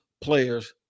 players